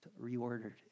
reordered